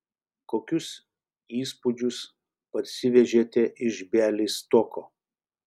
kokius įspūdžius parsivežėte iš bialystoko